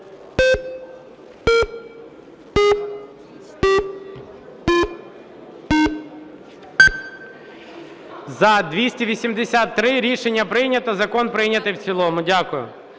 За-296 Рішення прийнято. Закон прийнято в цілому. Дякую.